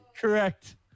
Correct